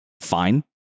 fine